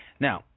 Now